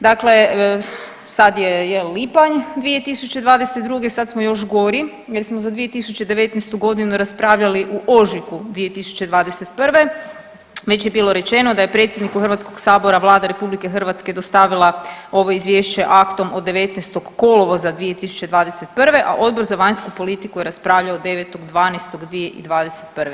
Dakle, sad je jel lipanj 2022., sad smo još gori jer smo za 2019. godinu raspravljali u ožujku 2021., već je bilo rečeno da je predsjedniku Hrvatskog sabora Vlada RH dostavila ovo izvješće aktom od 19. kolovoza 2021., a Odbor za vanjsku politiku je raspravljao 9.12.2021.